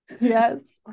Yes